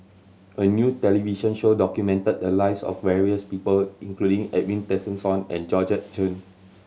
a new television show documented the lives of various people including Edwin Tessensohn and Georgette Chen